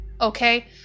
okay